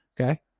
Okay